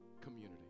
community